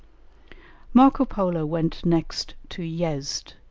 marco polo went next to yezd,